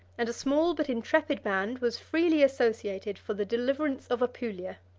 and a small but intrepid band was freely associated for the deliverance of apulia.